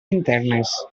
internes